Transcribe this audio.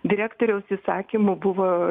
direktoriaus įsakymu buvo